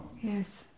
yes